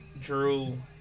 drew